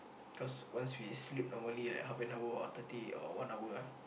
cause once we sleep normally right half an hour or thirty or one hour ah